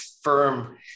firm